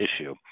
issue